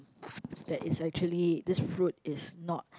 that is actually this fruit is not